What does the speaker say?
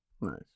Nice